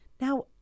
Now